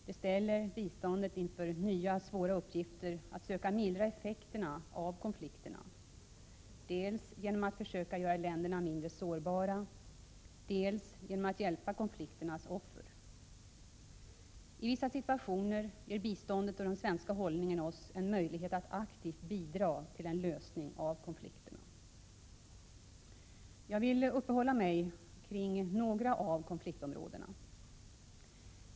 Det ställer biståndet inför nya svåra uppgifter att söka mildra effekterna av konflikterna, dels genom att försöka göra länderna mindre sårbara, dels genom att hjälpa konflikternas offer. I vissa situationer ger biståndet och den svenska hållningen oss en möjlighet att aktivt bidra till en lösning av konflikterna. Jag vill uppehålla mig vid några av konfliktområdena.